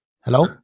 Hello